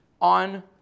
on